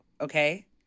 okay